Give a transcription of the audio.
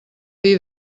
dir